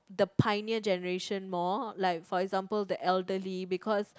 the pioneer generation more like for example the elderly because